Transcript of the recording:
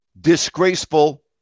disgraceful